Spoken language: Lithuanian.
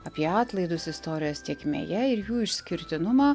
apie atlaidus istorijos tėkmėje ir jų išskirtinumą